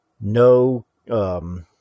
no